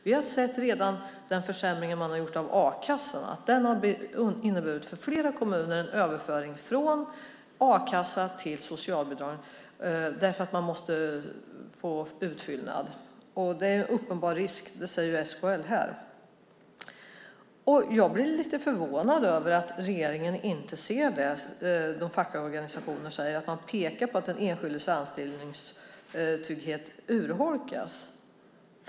Vi har redan sett att den försämring man har gjort av a-kassan har inneburit en överföring från a-kassa till socialbidrag i flera kommuner därför att man måste få utfyllnad. SKL säger att det finns en uppenbar risk här. Jag blir lite förvånad över att regeringen inte ser det när de fackliga organisationerna säger att man pekar på att den enskildes anställningstrygghet urholkas.